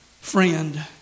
friend